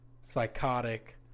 psychotic